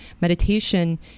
Meditation